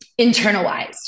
internalized